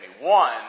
One